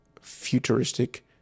futuristic